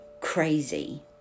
crazy